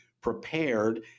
prepared